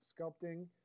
sculpting